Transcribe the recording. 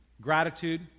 gratitude